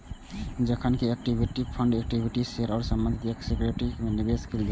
जखन कि equity fund equity share आ संबंधित सिक्योरिटीज मे निवेश कैल जाइ छै